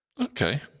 Okay